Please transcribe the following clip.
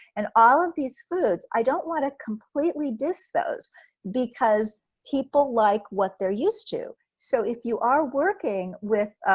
and all of these foods, i don't wanna completely dis those because people like what they're used to. so if you are working with